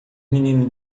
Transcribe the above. menino